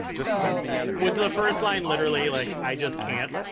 so like was the first line literally, like i just can't?